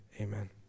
amen